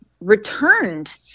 returned